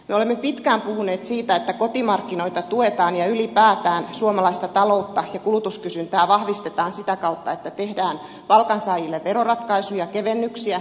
me olemme pitkään puhuneet siitä että kotimarkkinoita tuetaan ja ylipäätään suomalaista taloutta ja kulutuskysyntää vahvistetaan sitä kautta että tehdään palkansaajille veroratkaisuja kevennyksiä